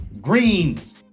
greens